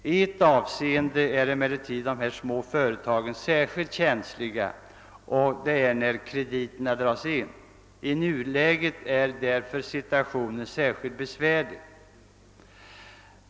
I ett avseende är emellertid dessa små företag särskilt känsliga, och det är när krediterna dras in. I nuläget är således deras situation särskilt besvärlig.